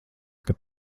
kad